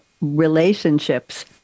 relationships